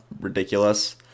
ridiculous